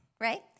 right